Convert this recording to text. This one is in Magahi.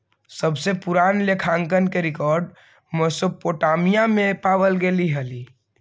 सबसे पूरान लेखांकन के रेकॉर्ड मेसोपोटामिया में पावल गेले हलइ